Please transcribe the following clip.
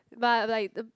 but like the